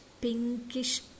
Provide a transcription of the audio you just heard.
pinkish